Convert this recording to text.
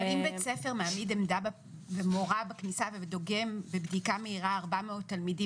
האם בית ספר מעמיד עמדה ומורה בכניסה ודוגם בבדיקה מהירה 400 תלמידים,